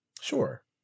Sure